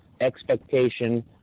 expectation